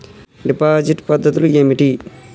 Deposit పద్ధతులు ఏమిటి?